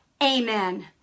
Amen